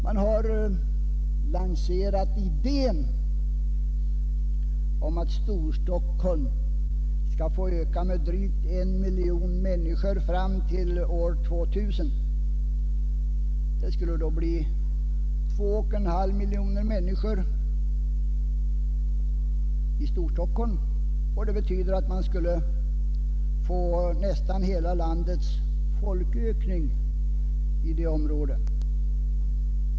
Man har lanserat idén om att Storstockholm skall få öka med drygt 1 miljon människor fram till år 2000. Det skulle då bli 2,5 miljoner människor i Storstockholm, och man skulle få nästan hela landets folkökning i det området.